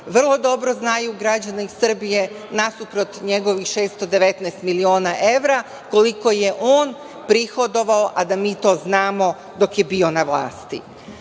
vrlo dobro znaju građani Srbije nasuprot njegovih 619 miliona evra koliko je on prihodovao, a da mi to znamo dok je bio na vlasti. Takođe,